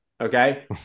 okay